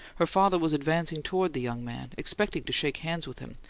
her father was advancing toward the young man, expecting to shake hands with him,